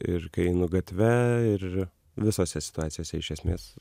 ir kai einu gatve ir visose situacijose iš esmės